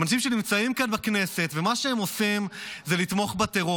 אנשים שנמצאים כאן בכנסת ומה שהם עושים זה לתמוך בטרור.